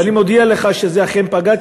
ואני מודיע לך שזה אכן פגע,